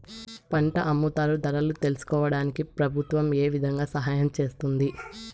పంట అమ్ముతారు ధరలు తెలుసుకోవడానికి ప్రభుత్వం ఏ విధంగా సహాయం చేస్తుంది?